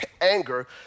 anger